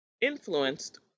influenced